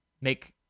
make